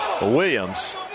Williams